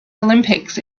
olympics